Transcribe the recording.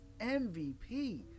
MVP